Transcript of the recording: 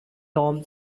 tom